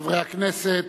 חברי הכנסת,